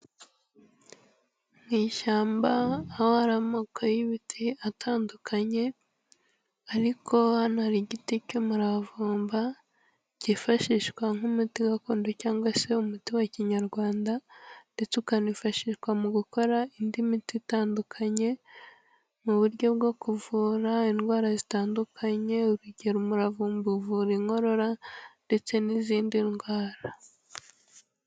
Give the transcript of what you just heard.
Mu ishyamba aho hari ari amoko y'ibiti atandukanye, ariko hano hari igiti cy'umuravumba cyifashishwa nk'umuti gakondo cyangwa se umuti wa Kinyarwanda ndetse ukanifashishwa mu gukora indi miti itandukanye mu buryo bwo kuvura indwara zitandukanye, urugero umuravumba uvura inkorora ndetse n'izindi ndwara.